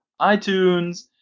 iTunes